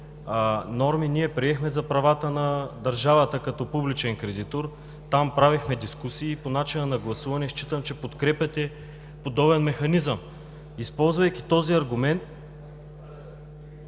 ние приехме за правата на държавата като публичен кредитор, там правихме дискусии и по начина на гласуване считам, че подкрепяте подобен механизъм. Използвайки този аргумент…